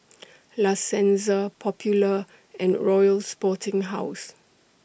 La Senza Popular and Royal Sporting House